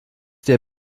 der